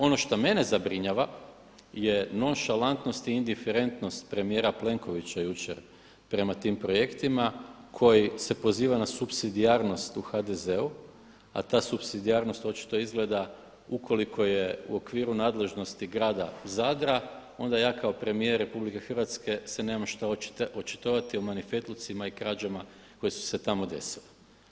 Ono što mene zabrinjava je nonšalantnost i indiferentnost premijera Plenkovića jučer prema tim projektima koji se pozivaju na supsidijarnost u HDZ-u a ta supsidijarnost očito izgleda ukoliko je u okviru nadležnosti grada Zadra, onda ja kao premijer RH se nemam šta očitovati o manifetlucima i krađama koje su se tamo desile.